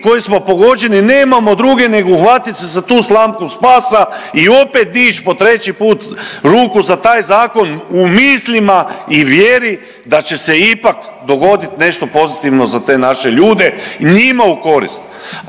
koji smo pogođeni nemamo druge nego uhvatiti se za tu slamku spasa i opet dići po treći put ruku za taj zakon u mislima i vjeri da će se ipak dogoditi nešto pozitivno za te naše ljude. Ja drugo